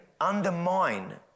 undermine